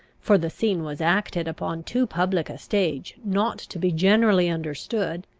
for the scene was acted upon too public a stage not to be generally understood,